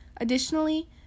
Additionally